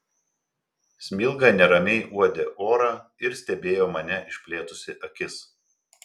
smilga neramiai uodė orą ir stebėjo mane išplėtusi akis